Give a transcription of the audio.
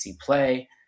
play